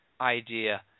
idea